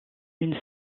une